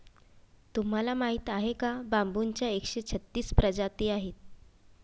तुम्हाला माहीत आहे का बांबूच्या एकशे छत्तीस प्रजाती आहेत